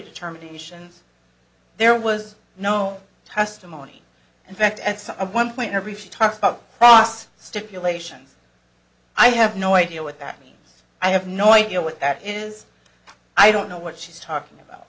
determinations there was no testimony in fact at some one point everybody talks about process stipulations i have no idea what that means i have no idea what that is i don't know what she's talking about